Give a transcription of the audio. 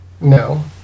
no